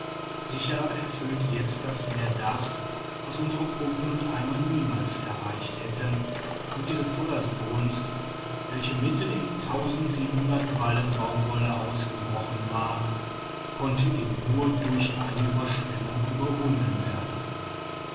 sicher erfüllt jetzt das meer das was unsere pumpen und eimer niemals erreicht hätten und diese feuersbrunst welche mitten in ballen baumwolle ausgebrochen war konnte eben nur durch eine ueberschwemmung überwunden werden